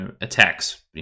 attacks